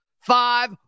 Five